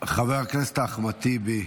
חבר הכנסת אחמד טיבי,